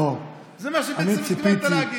לא, אני ציפיתי, זה מה שבעצם התכוונת להגיד.